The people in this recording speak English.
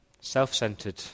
self-centered